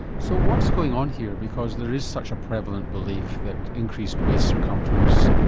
so what's going on here, because there is such a prevalent belief that increased waist circumference,